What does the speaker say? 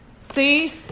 See